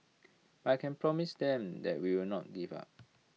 but I can promise them that we will not give up